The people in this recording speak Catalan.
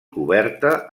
coberta